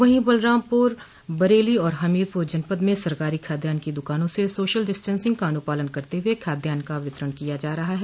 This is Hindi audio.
वहीं बलरामपुर बरेली और हमीरपुर जनपद में सरकारी खाद्यान्न की दुकानों से सोशल डिस्टेन्सिंग का अनुपालन करते हुए खाद्यान्न का वितरण किया जा रहा है